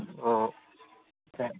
অঁ তাকে